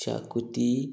शाकुती